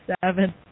Seven